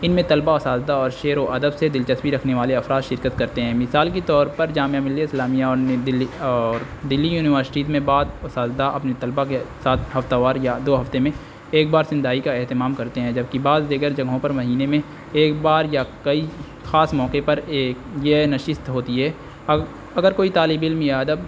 ان میں طلبہ و اساتذہ اور شعر و ادب سے دلچسپی رکھنے والے افراد شرکت کرتے ہیں مثال کے طور پر جامعہ ملیہ اسلامیہ اور نے دلی اور دلی یونیورسٹیز میں بعد اس اساتدہ اپنے طلبہ کے ساتھ ہفتہ وار یا دو ہفتے میں ایک بار سندائی کا اہتمام کرتے ہیں جبکہ بعض دیگر جگہوں پر مہینے میں ایک بار یا کئی خاص موقع پر ایک یہ نشست ہوتی ہے ا اگر کوئی طالب علم یا ادب